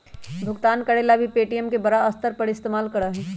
भुगतान करे ला भी पे.टी.एम के बड़ा स्तर पर इस्तेमाल करा हई